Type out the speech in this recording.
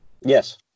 Yes